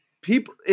people